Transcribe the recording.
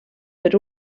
per